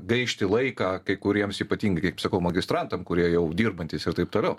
gaišti laiką kai kuriems ypatingai kaip sakau magistrantam kurie jau dirbantys ir taip toliau